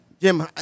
Jim